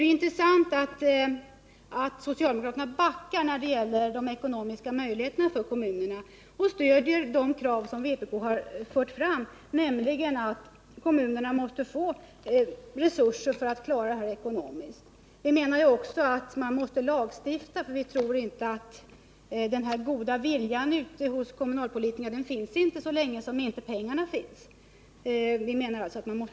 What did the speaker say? Det är intressant att notera att socialdemokraterna backar när det gäller kommunernas ekonomiska möjligheter och stöder de krav som vpk har fört fram, nämligen att kommunerna måste få erforderliga resurser för utbyggnaden av barnomsorgen. Vi menar också att det måste till en lagstiftning på området, eftersom den goda viljan hos kommunalpolitikerna enligt vår mening inte finns så länge det saknas pengar.